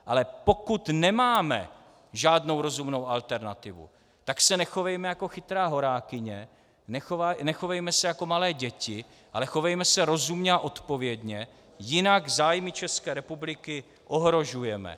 Ale pokud nemáme žádnou rozumnou alternativu, tak se nechovejme jako chytrá horákyně, nechovejme se jako malé děti, ale chovejme se rozumně a odpovědně, jinak zájmy České republiky ohrožujeme.